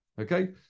Okay